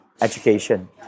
Education